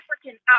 African